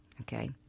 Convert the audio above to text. okay